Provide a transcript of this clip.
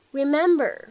remember